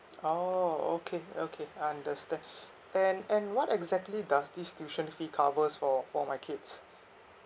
oh okay okay I understand then and what exactly does this tuition fee covers for for my kids